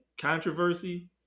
Controversy